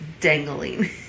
dangling